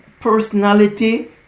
personality